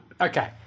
Okay